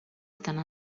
tant